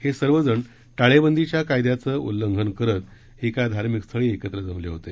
हे सर्वजण टाळेबंदी च्या कायद्याचे उल्लंघन करत एका धार्मिक स्थळी एकत्र जमले होते